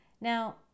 Now